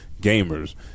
gamers